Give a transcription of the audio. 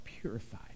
purified